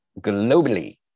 globally